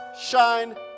shine